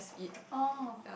oh